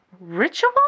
ritual